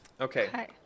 Okay